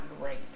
great